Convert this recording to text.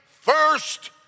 first